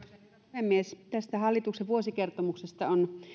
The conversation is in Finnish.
puhemies tästä hallituksen vuosikertomuksesta on